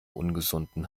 ungesunden